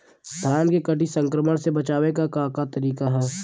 धान के कीट संक्रमण से बचावे क का तरीका ह?